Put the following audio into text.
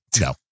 No